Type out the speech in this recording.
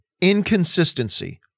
inconsistency